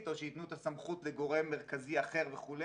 או שיתנו את הסמכות לגורם מרכזי אחר וכו'.